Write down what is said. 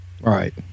Right